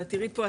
אבל את תראי פה,